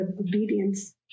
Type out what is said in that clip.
obedience